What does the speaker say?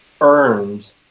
earned